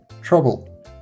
trouble